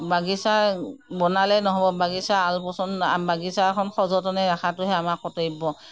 বাগিচা বনালেই নহ'ব বাগিচা আলপৈচান বাগিচাখন সযতনে ৰখাটোহে আমাৰ কৰ্তব্য